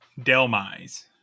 Delmize